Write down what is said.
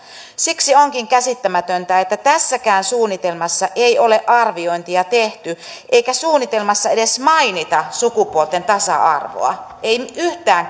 siksi onkin käsittämätöntä että tässäkään suunnitelmassa ei ole arviointia tehty eikä suunnitelmassa edes mainita sukupuolten tasa arvoa ei yhtään